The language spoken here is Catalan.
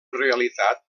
realitat